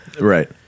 Right